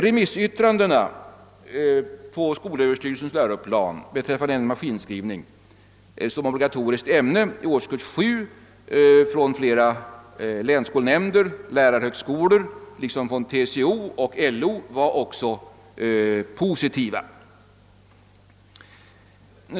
Remissyttrandena över skolöverstyrelsens läroplan beträffande maskinskrivning som obligatoriskt ämne i årskurs 7 från flera länsskolnämnder och <lärarhögskolor liksom från TCO och LO var också positiva.